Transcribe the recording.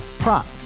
Prop